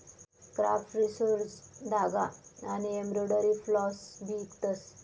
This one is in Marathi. क्राफ्ट रिसोर्सेज धागा आनी एम्ब्रॉयडरी फ्लॉस भी इकतस